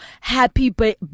Happy